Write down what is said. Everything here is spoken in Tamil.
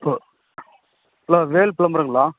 hello hello Vel ப்ளம்பருங்களா